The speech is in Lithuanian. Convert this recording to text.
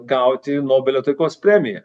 gauti nobelio taikos premiją